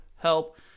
help